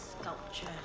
sculpture